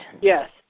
Yes